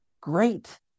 great